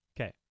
Okay